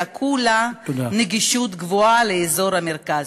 כולה נגישות גבוהה של אזור המרכז,